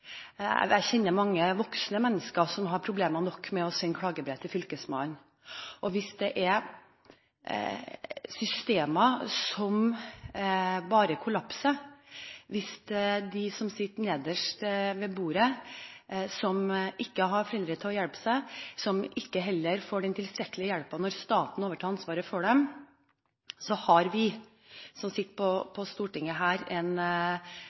mange voksne mennesker som har problemer nok med å sende klagebrev til Fylkesmannen. Hvis det er systemer som bare kollapser – hvis det er de som sitter nederst ved bordet, og som ikke har foreldre til å hjelpe seg, som heller ikke får den tilstrekkelige hjelpen når staten overtar ansvaret for dem – har vi som sitter på Stortinget, en